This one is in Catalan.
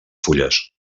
fulles